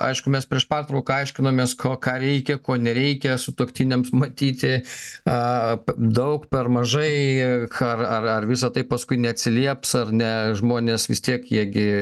aišku mes prieš pertrauką aiškinomės ko ką reikia ko nereikia sutuoktiniams matyti daug per mažai ar visa tai paskui neatsilieps ar ne žmonės vis tiek jie gi